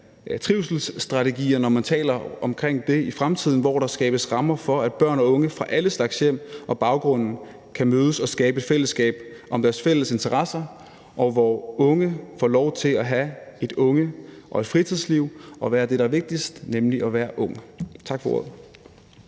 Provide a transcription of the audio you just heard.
trivselsstrategier, når man taler om det i fremtiden, hvor der skabes rammer for, at børn og unge fra alle slags hjem og baggrunde kan mødes og skabe et fællesskab om deres fælles interesser, og hvor unge får lov til at have et unge- og fritidsliv og være det, der er vigtigst, nemlig ung. Tak for ordet.